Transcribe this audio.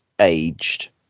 aged